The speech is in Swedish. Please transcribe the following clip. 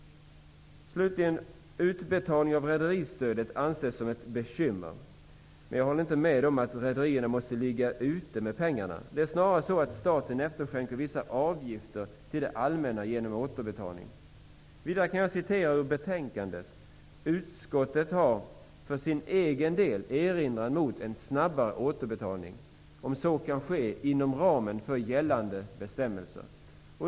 Utbetalningen av rederistödet anses vara ett bekymmer. Men jag håller inte med om att rederierna måste ligga ute med pengarna. Det är snarare så att staten efterskänker vissa avgifter till det allmänna genom återbetalning. Vidare kan jag läsa ur betänkandet att utskottet har för sin egen del ingen erinran mot en snabbare återbetalning, om så kan ske inom ramen för gällande bestämmelser.